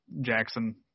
Jackson